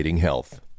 health